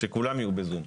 שכולם יהיו ב-זום.